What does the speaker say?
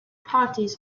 parties